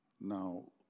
Now